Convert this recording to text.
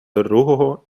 другого